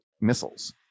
missiles